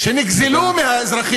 תודה.